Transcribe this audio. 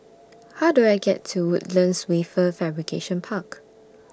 How Do I get to Woodlands Wafer Fabrication Park